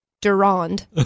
Durand